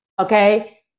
Okay